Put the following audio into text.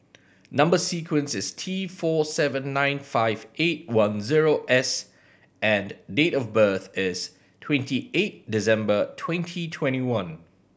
number sequence is T four seven nine five eight one zero S and date of birth is twenty eight December twenty twenty one